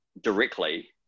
directly